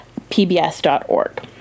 pbs.org